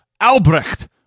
Albrecht